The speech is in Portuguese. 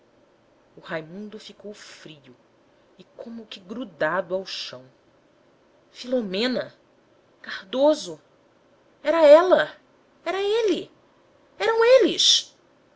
o raimundo ficou frio e como que grudado ao chão filomena cardoso era ela era ele eram eles